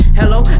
hello